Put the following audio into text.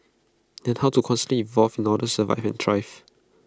and how to constantly evolve in order to survive and thrive